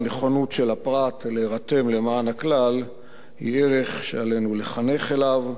הנכונות של הפרט להירתם למען הכלל היא ערך שעלינו לחנך אליו,